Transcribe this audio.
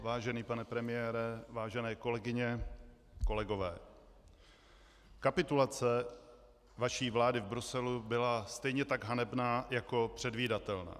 Vážený pane premiére, vážené kolegyně, kolegové, kapitulace vaší vlády v Bruselu byla stejně tak hanebná jako předvídatelná.